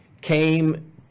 came